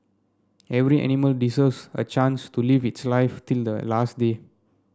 every animal deserves a chance to live its life till the last day